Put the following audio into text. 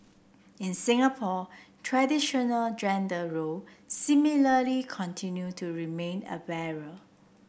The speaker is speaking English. in Singapore traditional gender role similarly continue to remain a barrier